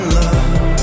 love